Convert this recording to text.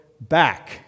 back